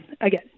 again